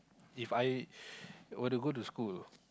If I were to go to school